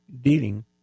dealing